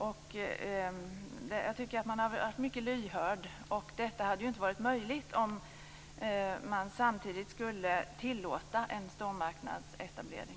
Jag tycker att man har varit mycket lyhörd, och detta hade inte varit möjligt om man samtidigt hade tillåtit en stormarknadsetablering.